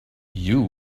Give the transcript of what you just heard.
you